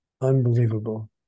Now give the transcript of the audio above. Unbelievable